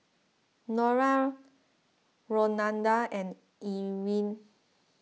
Nora Rolanda and Erin